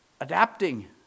adapting